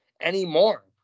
anymore